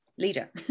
leader